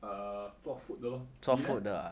err 做 food 的 lor 你 leh